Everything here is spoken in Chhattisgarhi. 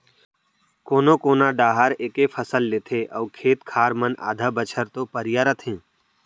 कोनो कोना डाहर एके फसल लेथे अउ खेत खार मन आधा बछर तो परिया रथें